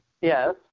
yes